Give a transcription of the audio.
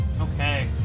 Okay